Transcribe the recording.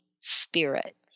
spirit